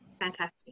fantastic